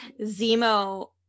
Zemo